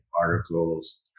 articles